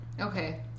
Okay